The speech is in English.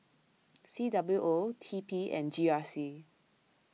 C W O T P and G R C